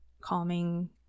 calming